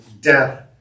death